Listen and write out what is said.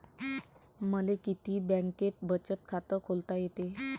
मले किती बँकेत बचत खात खोलता येते?